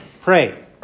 pray